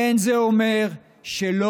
זה לא נכון,